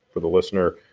for the listener,